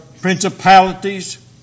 principalities